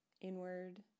inward